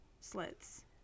slits